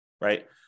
right